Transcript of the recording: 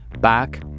back